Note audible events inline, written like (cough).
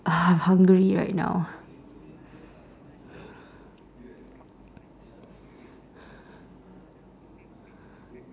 (noise) I'm hungry right now